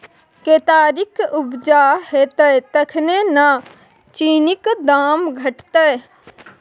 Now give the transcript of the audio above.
केतारीक उपजा हेतै तखने न चीनीक दाम घटतै